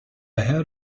head